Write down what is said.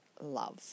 love